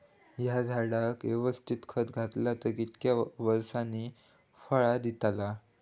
हया झाडाक यवस्तित खत घातला तर कितक्या वरसांनी फळा दीताला?